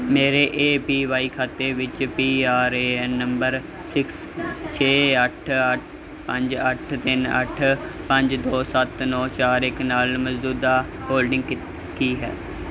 ਮੇਰੇ A P Y ਖਾਤੇ ਵਿੱਚ P R A N number six ਛੇ ਅੱਠ ਅਠ ਪੰਜ ਅੱਠ ਤਿੰਨ ਅੱਠ ਪੰਜ ਦੋ ਸੱਤ ਨੌਂ ਚਾਰ ਇੱਕ ਨਾਲ ਮੌਜਦੂਦਾ ਹੋਲਡਿੰਗ ਕੀ ਹੈ